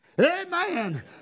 Amen